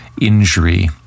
Injury